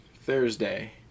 Thursday